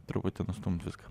truputį nustumti viską